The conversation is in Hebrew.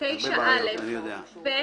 9(א)(ב).